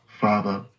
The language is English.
Father